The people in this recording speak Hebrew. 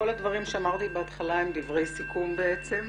כל הדברים שאמרתי בהתחלה הם דברי סיכום בעצם.